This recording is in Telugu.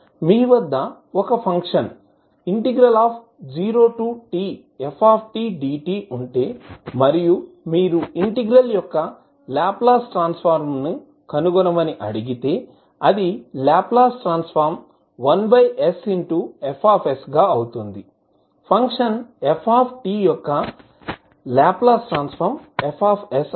మీ వద్ద ఒక ఫంక్షన్ 0tftdt ఉంటే మరియు మీరు ఇంటెగ్రల్ యొక్క లాప్లాస్ ట్రాన్స్ ఫార్మ్ ను కనుగొనమని అడిగితే అది లాప్లాస్ ట్రాన్స్ ఫార్మ్ 1sF గా అవుతుంది ఫంక్షన్ f యొక్క లాప్లాస్ ట్రాన్స్ ఫార్మ్ F